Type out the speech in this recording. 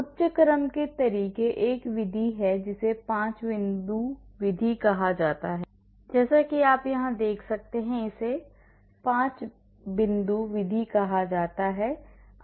उच्च क्रम के तरीके एक विधि है जिसे 5 बिंदु विधि कहा जाता है जैसा कि आप यहां देख सकते हैं इसे 5 बिंदु विधि कहा जाता है